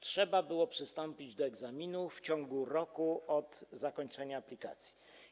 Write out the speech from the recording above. Trzeba było przystąpić do egzaminu w ciągu roku od zakończenia aplikacji.